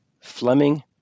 Fleming